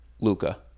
Luca